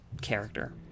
character